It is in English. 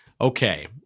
Okay